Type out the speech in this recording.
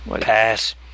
Pass